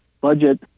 budget